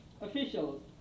officials